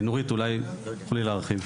נורית, אולי תוכלי להרחיב.